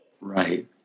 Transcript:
Right